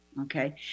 okay